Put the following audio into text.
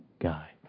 guy